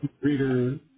reader